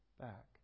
back